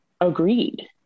agreed